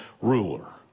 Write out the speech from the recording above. ruler